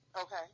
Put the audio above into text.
Okay